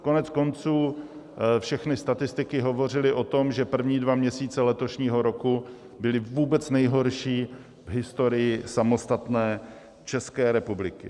Koneckonců všechny statistiky hovořily o tom, že první dva měsíce letošního roku byly vůbec nejhorší v historii samostatné České republiky.